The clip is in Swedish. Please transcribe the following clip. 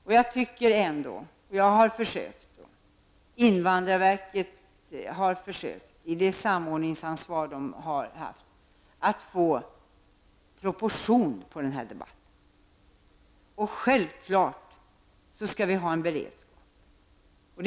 Men jag tycker, och jag har när det gäller det samordningsansvar som man haft fösökt att få proportioner på debatten. Självfallet skall vi ha en beredskap.